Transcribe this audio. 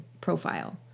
profile